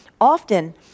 often